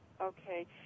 Okay